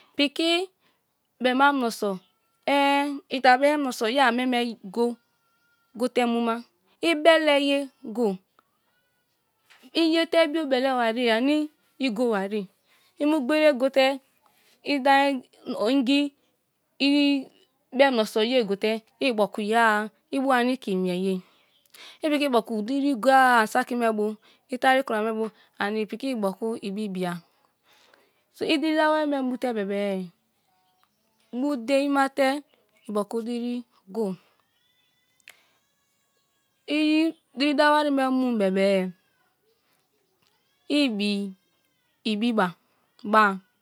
Pike be ma m'noso eh i da bem m'noso ye a mie me go gote muma i bele ye goi i ye te i bio bele bari-e anie i go bari-e i mu gberie gote i da or i ngii be m'nosa ye gote i bioku ye a ibu anii i ke mie yer i piki ibioku idiri go- a ansaki me bu i tari kura me bu ani piki ibioku ibibia. So i diri wari me mute bebe bu dein ma te ibioku diri go. I diri dawa wari me mu bebe i ibiibiba ba-a